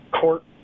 court